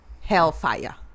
hellfire